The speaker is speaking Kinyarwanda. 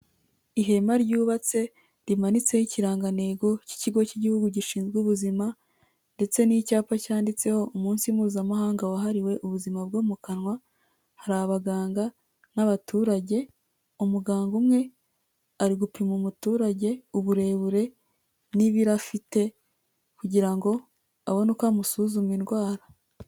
Ihema ryubatse rimanitseho ikirangantego k'Ikigo cy'Igihugu gishinzwe Ubuzima ndetse n'icyapa cyanditseho umunsi Mpuzamahanga wahariwe ubuzima bwo mu kanwa, hari abaganga n'abaturage, umuganga umwe ari gupima umuturage uburebure n'ibiro afite kugira ngo abone uko amusuzuma indwara.